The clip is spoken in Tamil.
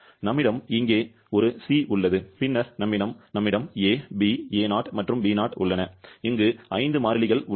நம்மிடம் இங்கே ஒரு c உள்ளது பின்னர் நம்மிடம் a b A0 மற்றும் B0 உள்ளன இங்கு ஐந்து மாறிலிகள் உள்ளன